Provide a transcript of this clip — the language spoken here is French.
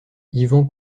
yvan